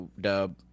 dub